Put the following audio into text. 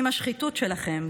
עם השחיתות שלכם,